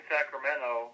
Sacramento